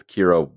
Kira